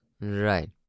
Right